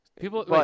People